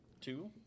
two